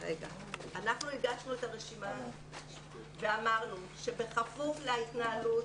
אנחנו הגשנו את הרשימה ואמרנו שבכפוף להתנהלות